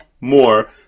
more